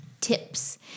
tips